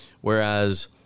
Whereas